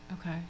Okay